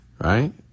Right